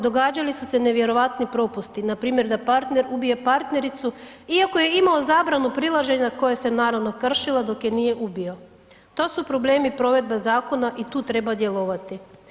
Događali su se nevjerojatni propusti, npr. da partner ubije partnericu iako je imao zabranu prilaženja koje se naravno kršilo dok je nije ubio, to su problemi provedbe zakona i tu treba djelovati.